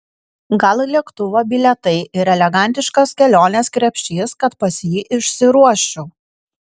gal lėktuvo bilietai ir elegantiškas kelionės krepšys kad pas jį išsiruoščiau